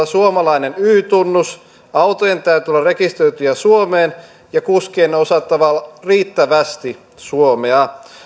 suomalainen y tunnus autojen täytyy olla rekisteröityjä suomeen ja kuskien on osattava riittävästi suomea